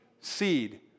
seed